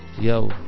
Yo